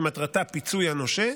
שמטרתה פיצוי הנושה,